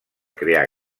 crear